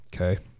Okay